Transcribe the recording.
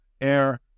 air